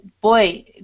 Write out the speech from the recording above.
boy